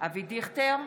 אבי דיכטר,